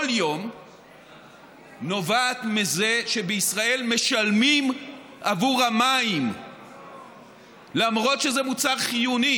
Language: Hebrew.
יום נובעת מזה שבישראל משלמים עבור המים למרות שזה מוצר חיוני.